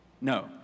No